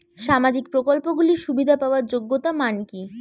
সামাজিক প্রকল্পগুলি সুবিধা পাওয়ার যোগ্যতা মান কি?